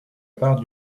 part